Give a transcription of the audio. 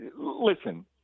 listen